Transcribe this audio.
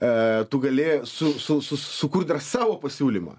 a tu gali su su su sukurt dar savo pasiūlymą